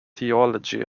theology